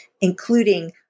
including